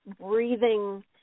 breathing